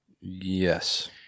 Yes